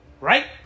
Right